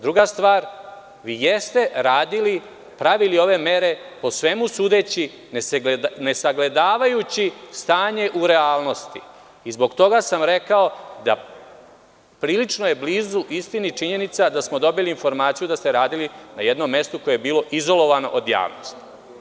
Druga stvar, vi jeste radili, pravili ove mere, po svemu sudeći ne sagledavajući stanje u realnosti i zbog toga sam rekao da prilično je blizu istini činjenica da smo dobili informaciju da ste radili na jednom mestu koje je bilo izolovano od javnosti.